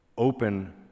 Open